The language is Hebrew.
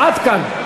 עד כאן.